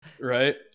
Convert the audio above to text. Right